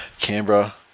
Canberra